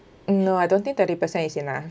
mm no I don't think thirty percent is enough